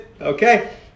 Okay